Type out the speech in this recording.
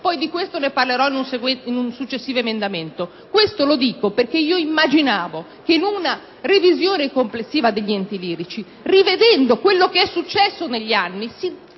Di ciò parlerò in un successivo emendamento. Dico questo perché immaginavo che in una revisione complessiva degli enti lirici, rivedendo quanto è successo negli anni, si